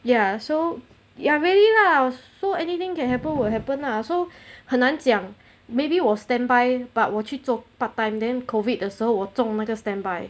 ya so ya really lah so anything can happen will happen lah so 很难讲 maybe 我 standby but 我去做 part time then COVID 的时候我中那个 standby